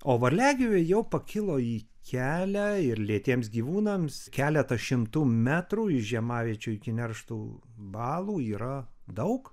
o varliagyviai jau pakilo į kelią ir lėtiems gyvūnams keletą šimtų metrų iš žiemaviečių iki neršto balų yra daug